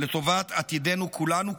לטובת עתידנו כולנו,